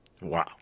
Wow